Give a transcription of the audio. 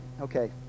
Okay